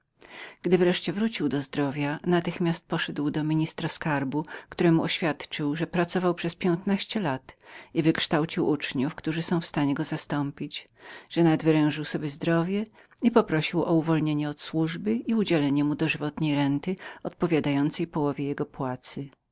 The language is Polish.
gdy wreszcie wrócił do zdrowia natychmiast poszedł do ministra skarbu przedstawił że pracował przez piętnaście lat i wykształcił uczniów którzy byli w stanie go zastąpić że nadwerężył sobie zdrowie i poprosił o uwolnienie go od służby i udzielenie mu dożywotniego wsparcia wyrównywającego połowie jego płacy